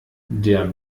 der